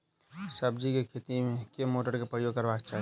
सब्जी केँ खेती मे केँ मोटर केँ प्रयोग करबाक चाहि?